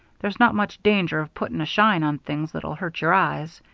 there's not much danger of putting a shine on things that'll hurt your eyes.